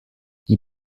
die